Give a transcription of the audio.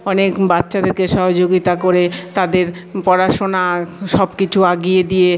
অনেক বাচ্চাদেরকে সহযোগিতা করে তাদের পড়াশোনা সব কিছু এগিয়ে দিয়ে